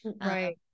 right